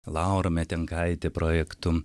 laura metenkaitė projektų